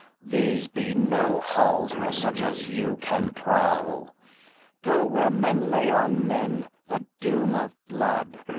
these be no halls where such as you can prowl go where men lay on men the doom of blood,